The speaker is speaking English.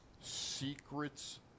secrets